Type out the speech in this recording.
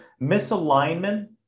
misalignment